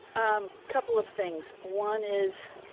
um couple of things, one is